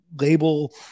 label